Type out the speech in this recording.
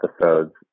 episodes